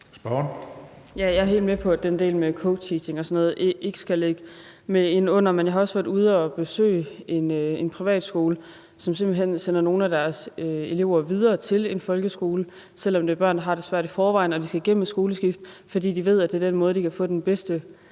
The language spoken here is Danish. Jeg er helt med på, at den del med co-teaching og sådan noget ikke skal høre ind under det, men jeg har også været ude at besøge en privatskole, som simpelt hen sender nogle af deres elever videre til en folkeskole, selv om det er børn, der har det svært i forvejen, der skal igennem et skoleskift, fordi de ved, at det er den måde, de kan få den bedste